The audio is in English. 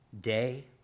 day